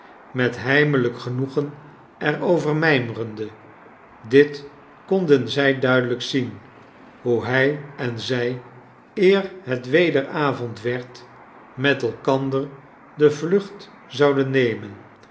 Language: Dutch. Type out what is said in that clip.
met heimelijk genoegen er over mijmerende dit konden zij duidelijk zien hoe hij en zij eer het weder avond werd met elkander de vlucht zouden nemen